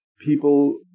people